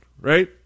right